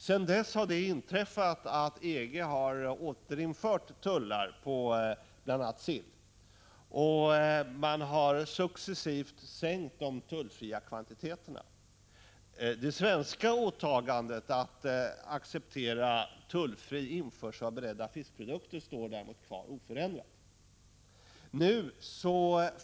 Sedan dess har EG återinfört tullar på bl.a. sill, och man har successivt sänkt de tullfria kvantiteterna. Det svenska åtagandet att acceptera tullfri införsel av beredda fiskprodukter står däremot kvar oförändrat.